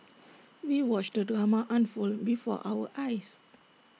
we watched the drama unfold before our eyes